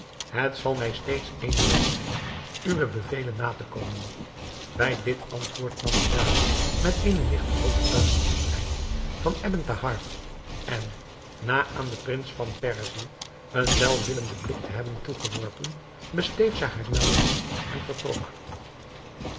het zal mij steeds eene wet zijn uwe bevelen na te komen bij dit antwoord nam de dame met eene ligte hoofdbuiging afscheid van ebn thahar en na aan den prins van perzië een welwillenden blik te hebben toegeworpen besteeg zij haar muildier en vertrok